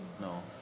No